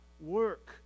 work